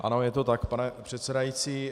Ano, je to tak, pane předsedající.